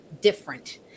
different